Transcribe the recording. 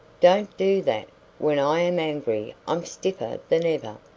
don't do that when i am angry i'm stiffer than ever.